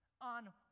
on